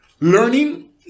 learning